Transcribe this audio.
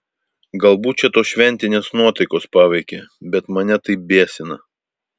galbūt čia tos šventinės nuotaikos paveikė bet mane tai biesina